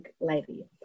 lady